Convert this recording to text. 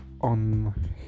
on